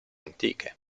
antiche